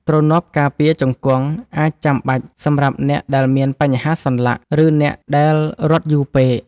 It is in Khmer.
ទ្រនាប់ការពារជង្គង់ អាចចាំបាច់សម្រាប់អ្នកដែលមានបញ្ហាសន្លាក់ ឬអ្នកដែលរត់យូរពេក។